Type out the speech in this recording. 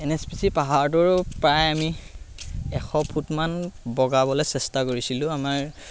N S P C পাহাৰটো প্ৰায় আমি এশ ফুটমান বগাবলৈ চেষ্টা কৰিছিলোঁ আমাৰ